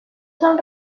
san